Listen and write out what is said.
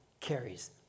carries